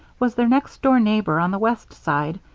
was their next-door neighbor on the west side,